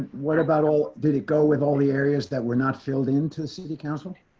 what about all did it go with all the areas that we're not filled into city council.